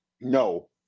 No